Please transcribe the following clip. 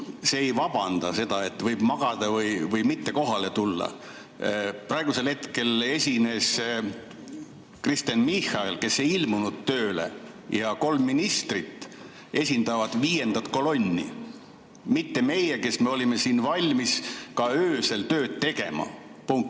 ei vabanda seda, et võib magada või mitte kohale tulla. Praegusel hetkel Kristen Michal, kes ei ilmunud tööle, ja kolm ministrit esindavad viiendat kolonni, mitte meie, kes me olime siin valmis ka öösel tööd tegema. Punkt.